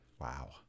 Wow